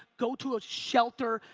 go to a shelter.